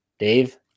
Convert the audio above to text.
Dave